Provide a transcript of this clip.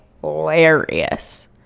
hilarious